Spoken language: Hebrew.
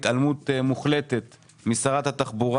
בהחלטת הממשלה של גונדר משרד הקליטה השתתף.